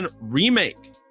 Remake